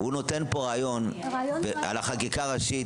הוא נותן פה רעיון על החקיקה הראשית,